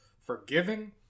forgiving